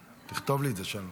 מתנגדים.